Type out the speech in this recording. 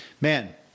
Man